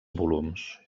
volums